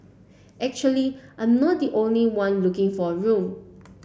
actually I'm not the only one looking for a room